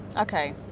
Okay